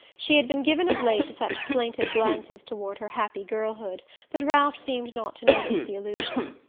she had been given, of late, to such plaintive glances toward her happy girlhood but ralph seemed not to notice the allusion.